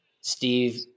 steve